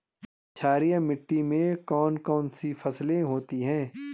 क्षारीय मिट्टी में कौन कौन सी फसलें होती हैं?